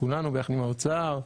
ביחד עם האוצר,